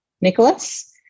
nicholas